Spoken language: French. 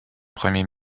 premier